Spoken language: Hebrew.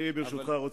ברשותך,